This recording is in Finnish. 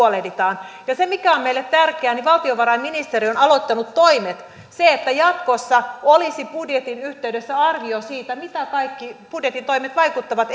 huolehditaan ja se mikä on meille tärkeää on se että valtiovarainministeriö on aloittanut toimet että jatkossa olisi budjetin yhteydessä arvio siitä miten kaikki budjetin toimet vaikuttavat